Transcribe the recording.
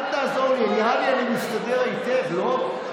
אל תעזור לי, נראה לי שאני מסתדר היטב, לא?